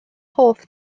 hoff